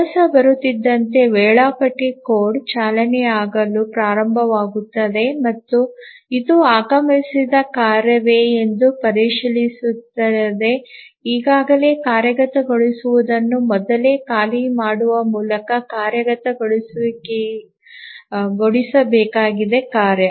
ಕೆಲಸ ಬರುತ್ತಿದ್ದಂತೆ ವೇಳಾಪಟ್ಟಿ ಕೋಡ್ ಚಾಲನೆಯಾಗಲು ಪ್ರಾರಂಭವಾಗುತ್ತದೆ ಮತ್ತು ಇದು ಆಗಮಿಸಿದ ಕಾರ್ಯವೇ ಎಂದು ಪರಿಶೀಲಿಸುತ್ತದೆ ಈಗಾಗಲೇ ಕಾರ್ಯಗತಗೊಳಿಸುವುದನ್ನು ಮೊದಲೇ ಖಾಲಿ ಮಾಡುವ ಮೂಲಕ ಕಾರ್ಯಗತಗೊಳಿಸಬೇಕಾಗಿದೆ ಕಾರ್ಯ